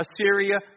Assyria